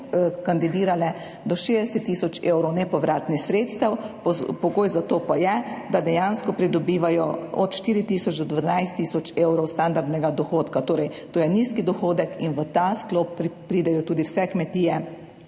kandidirale za do 60 tisoč evrov nepovratnih sredstev. Pogoj za to pa je, da dejansko pridobivajo od 4 tisoč do 12 tisoč evrov standardnega dohodka, torej to je nizki dohodek in v ta sklop pridejo tudi vse kmetije,